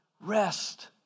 rest